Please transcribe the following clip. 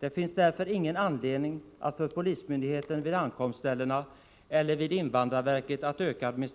Det finns därför ingen anledning att öka administrationen för polismyndigheten vid ankomstställena eller vid invandrarverket för att de